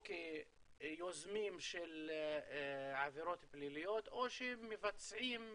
או כיוזמים של עבירות פליליות, או שמבצעים,